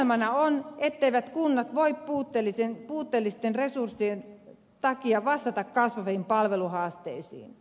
ongelmana on etteivät kunnat voi puutteellisten resurssien takia vastata kasvaviin palveluhaasteisiin